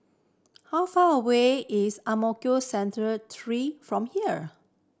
how far away is Ang Mo Kio Central Three from here